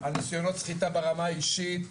על נסיונות סחיטה ברמה האישית,